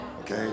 Okay